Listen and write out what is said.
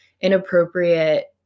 inappropriate